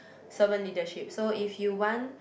servant leadership so if you want